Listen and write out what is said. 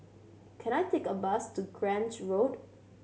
can I take a bus to Grange Road